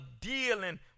dealing